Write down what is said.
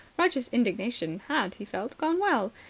righteous indignation had, he felt, gone well.